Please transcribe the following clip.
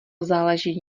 záleží